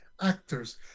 actors